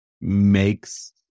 makes